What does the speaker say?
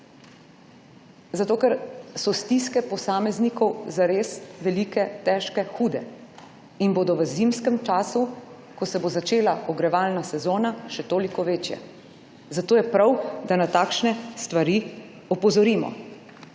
Ker so stiske posameznikov res velike, težke, hude in bodo v zimske času, ko se bo začela ogrevalna sezona, še toliko večje, zato je prav, da na takšne stvari opozorimo.